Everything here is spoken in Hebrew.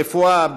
ברפואה,